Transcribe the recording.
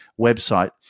website